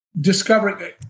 discovering